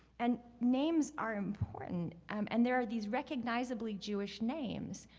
and names are important, um and there are these recognizably jewish names,